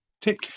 tick